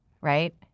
right